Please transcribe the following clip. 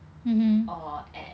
or at